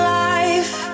life